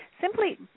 simply